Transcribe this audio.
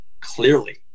clearly